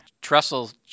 Trestle's